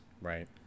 right